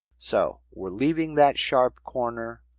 so we're leaving that sharp corner.